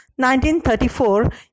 1934